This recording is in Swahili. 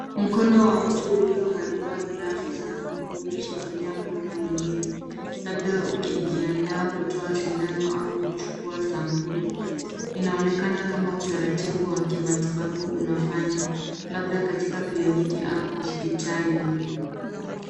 Mkono wa mtu uliovaliwa glavu za buluu ukishikilia mkono mwingine labda ukijiandaa kutoa sindano au kuchukua sampuli. Inaonekana kama utaratibu wa kimatibabu unafanywa labda katika kliniki au hospitali.